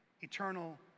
eternal